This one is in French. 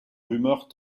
rumeurs